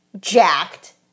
jacked